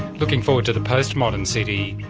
looking forward to the postmodern city,